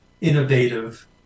innovative